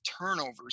turnovers